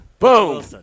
Boom